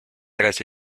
tras